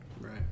Right